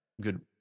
Good